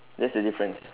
that's the difference